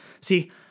See